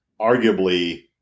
arguably